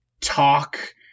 talk